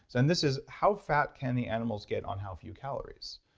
and this is how fat can the animals get on how few calories?